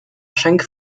schenk